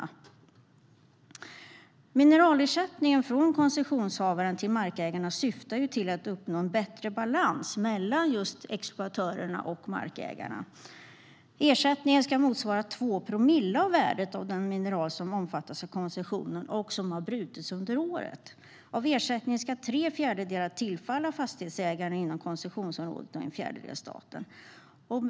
Mineralersättningen från koncessionshavaren till markägarna syftar till att uppnå en bättre balans mellan just exploatörerna och markägarna. Ersättningen ska motsvara 2 promille av värdet av det mineral som omfattas av koncessionen och som har brutits under året. Av ersättningen ska tre fjärdedelar tillfalla fastighetsägaren inom koncessionsområdet och en fjärdedel tillfalla staten.